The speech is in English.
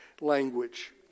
language